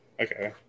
Okay